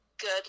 good